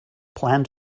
planned